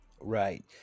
Right